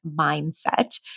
mindset